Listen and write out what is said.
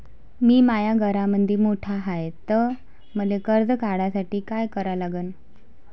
मी माया घरामंदी मोठा हाय त मले कर्ज काढासाठी काय करा लागन?